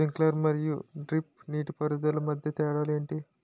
Sprinkler మరియు drip నీటిపారుదల మధ్య తేడాలు ఏంటి?